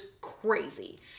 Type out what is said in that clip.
crazy